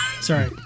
Sorry